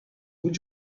would